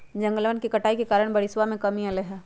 जंगलवन के कटाई के कारण बारिशवा में कमी अयलय है